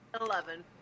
Eleven